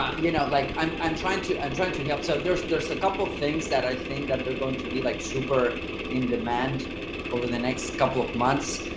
you know, like i'm i'm trying to i'm trying to help so there's there's a couple things that i think that they're going to be like super in demand over the next couple of months.